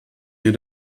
mir